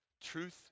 Truth